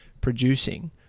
producing